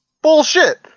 Bullshit